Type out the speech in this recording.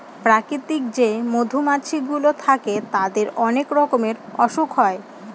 প্রাকৃতিক যে মধুমাছি গুলো থাকে তাদের অনেক রকমের অসুখ হয়